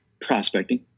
prospecting